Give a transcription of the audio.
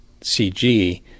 CG